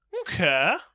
Okay